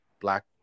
black